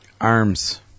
Arms